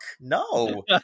no